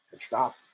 stop